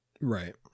Right